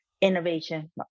Innovation